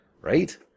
right